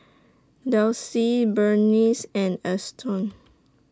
Delsie Berniece and Alston